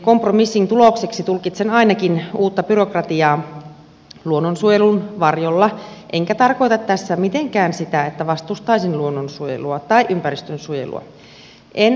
kompromissin tulokseksi tulkitsen ainakin uuden byrokratian luonnonsuojelun varjolla enkä tarkoita tässä mitenkään sitä että vastustaisin luonnonsuojelua tai ympäristönsuojelua en todellakaan